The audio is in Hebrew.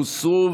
הוסרו.